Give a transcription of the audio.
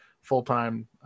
full-time